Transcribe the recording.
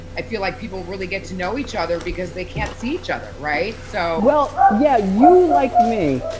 i feel like people really get to know each other because they can't see each other, right? so well, yeah, you, like me,